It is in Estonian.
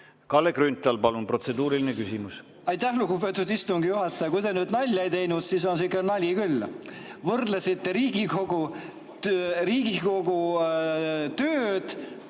Kalle Grünthal, palun! Protseduuriline küsimus. Aitäh, lugupeetud istungi juhataja! Kui te nüüd nalja ei teinud, siis on see ikka nali küll. Võrdlesite Riigikogu tööd